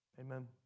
Amen